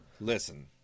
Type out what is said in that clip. Listen